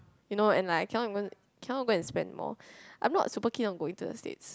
you know and like I cannot even cannot go and spend more I'm not super keen on going to the states